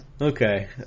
Okay